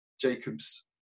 Jacob's